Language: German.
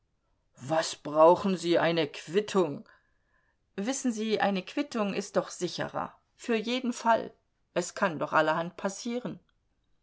was brauchen sie eine quittung wissen sie eine quittung ist doch sicherer für jeden fall es kann doch allerhand passieren